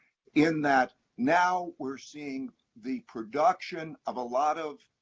in that now we're seeing the production of a lot of